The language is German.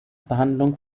behandlung